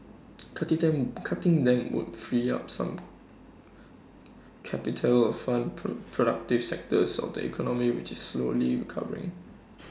cutting them cutting them would free up some capital of fund pro productive sectors of the economy which is slowly recovering